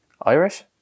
Irish